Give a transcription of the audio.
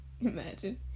imagine